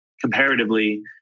comparatively